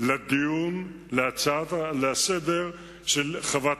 לדיון בהצעה לסדר-היום של חברת